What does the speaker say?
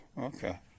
Okay